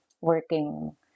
working